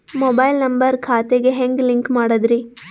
Mobile number ಖಾತೆ ಗೆ ಹೆಂಗ್ ಲಿಂಕ್ ಮಾಡದ್ರಿ?